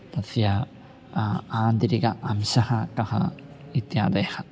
तस्य आन्तरिक अंशः कः इत्यादयः